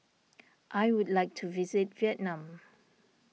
I would like to visit Vietnam